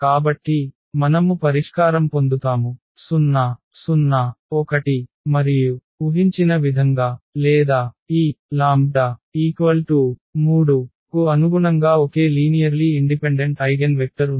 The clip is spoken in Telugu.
కాబట్టి మనము పరిష్కారంపొందుతాము 0 0 1 మరియు ఉహించిన విధంగా లేదా ఈ λ 3 కు అనుగుణంగా ఒకే లీనియర్లీ ఇండిపెండెంట్ ఐగెన్వెక్టర్ ఉంది